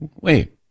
wait